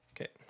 Okay